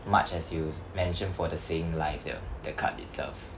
much as you mention for the SingLife though that card itself